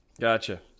Gotcha